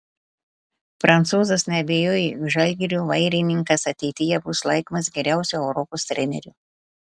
prancūzas neabejoja jog žalgirio vairininkas ateityje bus laikomas geriausiu europos treneriu